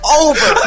over